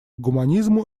гуманизму